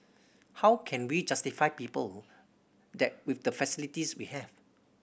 how can we justify people that with the facilities we have